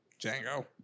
Django